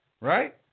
right